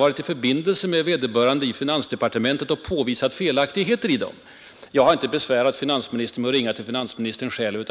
varit i förbindelse med vederbörande i finansdepartementet och påvisat felaktigheter i sammanställningarna. Jag har inte besvärat finansministern med att ringa till finansministern själv.